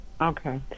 okay